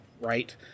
right